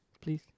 Please